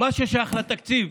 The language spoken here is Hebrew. מה ששייך לתקציב,